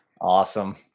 Awesome